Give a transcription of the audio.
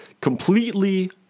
completely